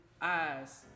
eyes